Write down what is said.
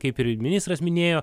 kaip ir ministras minėjo